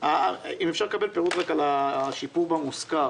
אם אפשר לקבל פירוט על השיפור במושכר.